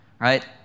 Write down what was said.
right